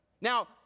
Now